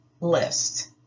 list